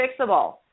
fixable